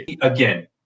again